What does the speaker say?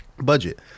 Budget